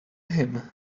him